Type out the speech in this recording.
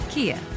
Kia